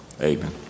Amen